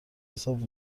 حساب